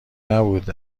نبود